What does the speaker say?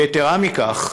יתרה מכך,